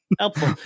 helpful